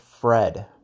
Fred